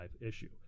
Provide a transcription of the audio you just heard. issue